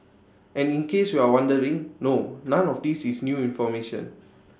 and in case you're wondering no none of these is new information